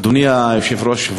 אדוני היושב-ראש,